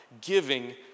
Giving